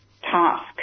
task